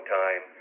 time